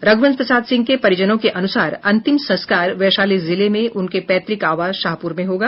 रघुवंश प्रसाद सिंह के परिजनों के अनुसार अंतिम संस्कार वैशाली जिले में उनके पैतृक आवास शाहपुर में होगा